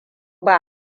ba